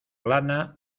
lana